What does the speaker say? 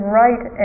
right